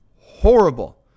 Horrible